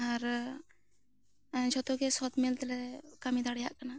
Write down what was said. ᱟᱨ ᱡᱚᱛᱚ ᱜᱮ ᱥᱟᱵ ᱢᱤᱞ ᱛᱮ ᱞᱮ ᱠᱟᱹᱢᱤ ᱫᱟᱲᱮᱭᱟᱜ ᱠᱟᱱᱟ